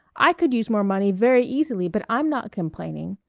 i could use more money very easily, but i'm not complaining.